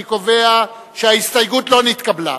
אני קובע שההסתייגות לא נתקבלה.